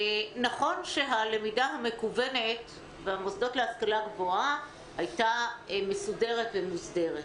נכון שהלמידה המקוונת במוסדות להשכלה גבוהה הייתה מסודרת ומוסדרת,